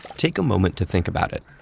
take a moment to think about it.